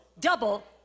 double